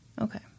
Okay